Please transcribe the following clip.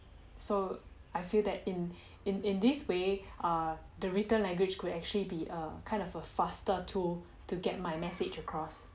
so I feel that in in in this way err the written language could actually be a kind of a faster tool to get my message across